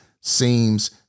seems